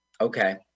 Okay